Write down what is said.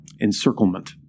encirclement